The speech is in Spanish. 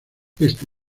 este